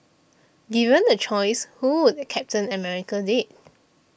given a choice who would Captain America date